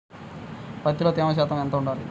పత్తిలో తేమ శాతం ఎంత ఉండాలి?